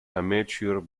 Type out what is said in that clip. amateur